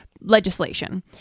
legislation